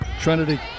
Trinity